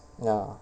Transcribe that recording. ya